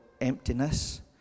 emptiness